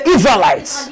Israelites